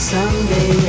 Someday